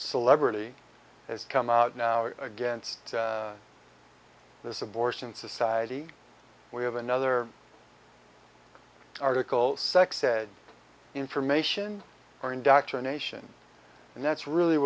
celebrity has come out now against this abortion society we have another article sex ed information or indoctrination and that's really